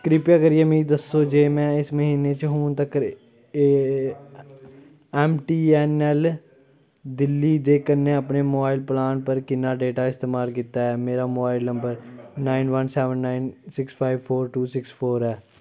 कृपा करियै मिगी दस्सो जे में इस म्हीने च हून तक्कर M T N L Delhi दे कन्नै अपने मोबाइल प्लान पर किन्ना डेटा इस्तेमाल कीता ऐ मेरा mobile number nine one seven nine six five four two six four ऐ